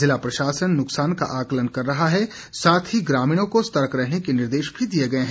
जिला प्रशासन नुकसान का आकलन कर रहा है तथा ग्रामीणों को सतर्क रहने के निर्देश दिए गए हैं